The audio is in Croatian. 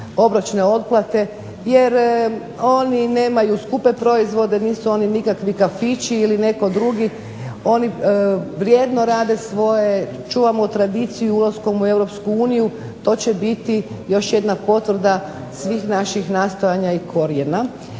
obročne otplate jer oni nemaju skupe proizvode, nisu oni nikakvi kafići ili netko drugi. Oni vrijedno rade svoje, čuvamo tradiciju ulaskom u Europsku uniju. To će biti još jedna potvrda svih naših nastojanja i korijena